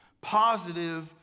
positive